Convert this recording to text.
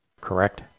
correct